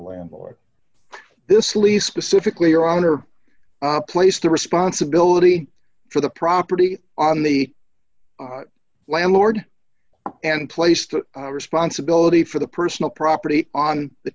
landlord this least specifically your honor i place the responsibility for the property on the landlord and place the responsibility for the personal property on the